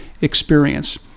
experience